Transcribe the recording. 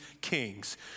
kings